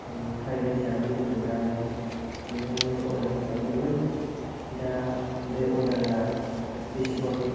fried rice जानो लुबैनायलाय नोंथांनियाव अर्डार खालामदोंमोन दा बे अर्डार आ बेसेबां